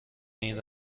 این